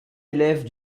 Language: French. élève